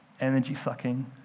energy-sucking